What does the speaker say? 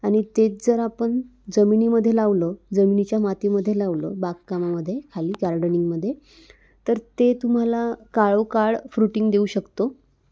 आणि तेच जर आपण जमिनीमध्ये लावलं जमिनीच्या मातीमध्ये लावलं बागकामामध्ये खाली गार्डनिंगमध्ये तर ते तुम्हाला काळो काळ फ्रुटिंग देऊ शकतो